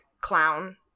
clown